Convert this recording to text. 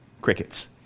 crickets